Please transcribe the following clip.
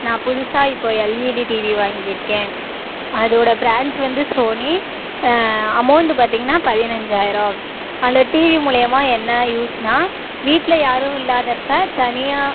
நான் புதுசா இப்போ எல்இடி டிவி வாங்கியிருக்கேன் அதோட பிரான்ச் வந்து சோனி அமௌன்ட் பார்த்தீங்கன்னா பதினஞ்சாயிரம் அந்த டிவி மூலயமா என்ன யூஸ்ன்னா வீட்டில் யாரும் இல்லாதப்போ தனியாக